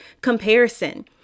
comparison